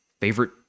favorite